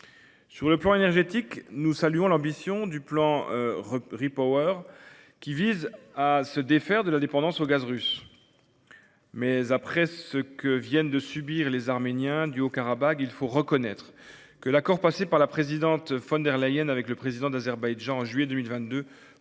Dans le domaine énergétique, nous saluons l’ambition du plan REPowerEU, qui vise à se défaire de la dépendance au gaz russe. Toutefois, à la lumière de ce que viennent de subir les Arméniens du Haut-Karabagh, il faut reconnaître que l’accord passé par la présidente von der Leyen avec le président d’Azerbaïdjan au mois de juillet 2022